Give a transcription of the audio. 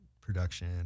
production